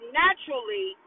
naturally